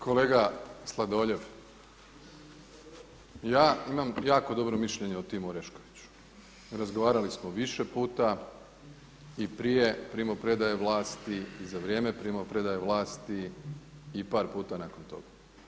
Kolega Sladoljev, ja imam jako dobro mišljenje o Timu Oreškoviću, razgovarali smo više puta i prije primopredaje vlasti i za vrijeme primopredaje vlasti i par puta nakon toga.